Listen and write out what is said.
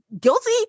guilty